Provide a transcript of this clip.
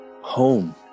home